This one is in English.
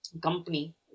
company